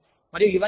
ఒకటి